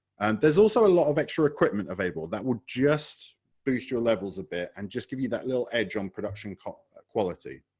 and there is also a lot of extra equipment available that will just boost your levels a bit, and just give you that little edge on production quality,